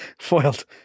foiled